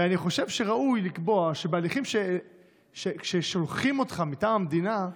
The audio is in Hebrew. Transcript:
אני חושב שראוי לקבוע שבהליכים ששולחים אותך אליהם מטעם המדינה,